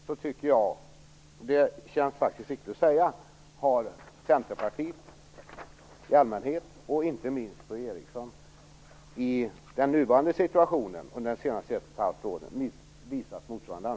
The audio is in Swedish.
Jag tycker att det känns riktig att säga att Centerpartiet i allmänhet och P-O Eriksson i synnerhet har visat motsvarande ansvar under de senaste ett och ett halvt åren.